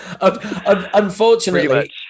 Unfortunately